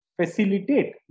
facilitate